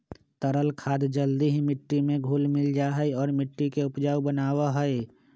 तरल खाद जल्दी ही मिट्टी में घुल मिल जाहई और मिट्टी के उपजाऊ बनावा हई